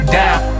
down